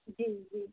जी जी